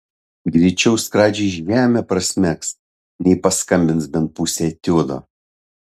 greičiau skradžiai žemę prasmegs nei paskambins bent pusę etiudo